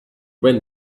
men